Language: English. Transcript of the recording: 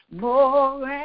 more